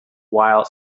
while